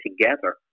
together